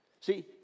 See